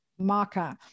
marker